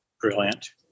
Brilliant